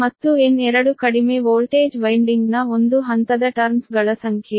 ಮತ್ತು N2 ಕಡಿಮೆ voltage ವೈನ್ಡಿಂಗ್ನ ಒಂದು ಹಂತದ ಟರ್ನ್ಸ್ ಗಳ ಸಂಖ್ಯೆ